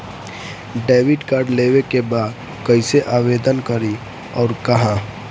Debit card लेवे के बा कइसे आवेदन करी अउर कहाँ?